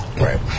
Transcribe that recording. Right